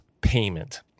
payment